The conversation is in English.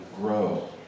grow